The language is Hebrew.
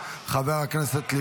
חברת הכנסת צגה מלקו,